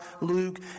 Luke